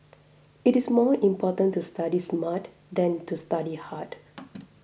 it is more important to study smart than to study hard